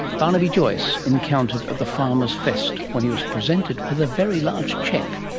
barnaby joyce encountered at the farmers fest when he was presented with a very large cheque.